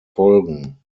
folgen